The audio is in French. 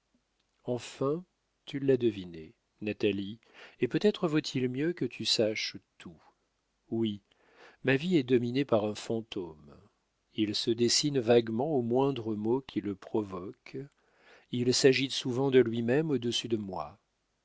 enfin tu l'as deviné natalie et peut-être vaut-il mieux que tu saches tout oui ma vie est dominée par un fantôme il se dessine vaguement au moindre mot qui le provoque il s'agite souvent de lui-même au-dessus de moi